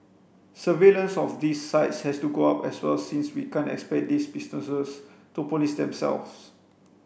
surveillance of these sites has to go up as well since we can't expect these businesses to police themselves